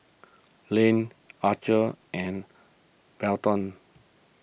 Layne Archer and Belton